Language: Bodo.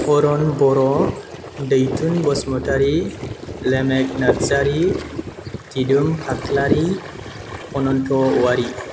परम बर' दैथुन बसुमतारि लेनेक नार्जारि जिदु खाख्लारि अनन्त अवारि